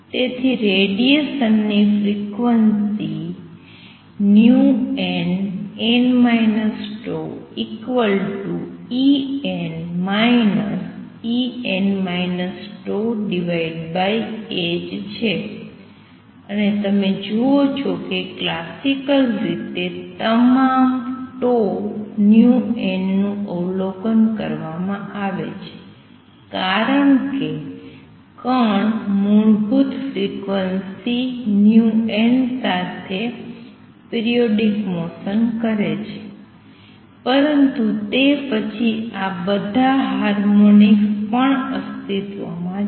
તેથી રેડીએશન ની ફ્રિકવન્સી છે અને તમે જુઓ છો કે ક્લાસિકલ રીતે તમામ નું અવલોકન કરવામાં આવે છે કારણ કે કણ મૂળભૂત ફ્રિકવન્સી સાથે પિરિયોડિક મોસન કરે છે પરંતુ તે પછી આ બધા હાર્મોનિક્સ પણ અસ્તિત્વમાં છે